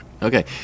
Okay